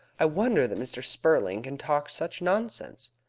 i wonder that mr. spurling can talk such nonsense!